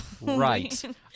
Right